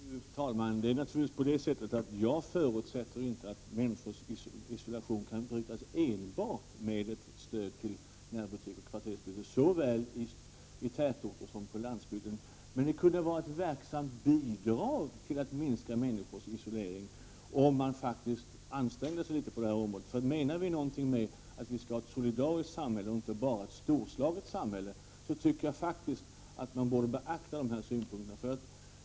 Fru talman! Jag förutsätter naturligtvis inte att människors isolering kan brytas enbart med ett stöd till närbutiker och kvartersbutiker vare sig i tätorter eller på landsbygden, men det kunde vara ett verksamt bidrag till att minska människors isolering om man ansträngde sig litet på detta område. Om man menar någonting med att säga att samhället skall vara solidariskt och inte bara storslaget, borde man beakta dessa synpunkter.